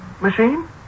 Machine